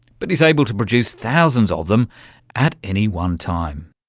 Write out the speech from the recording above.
but he's able to produce thousands of them at any one time.